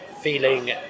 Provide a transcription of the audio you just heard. feeling